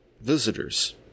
visitors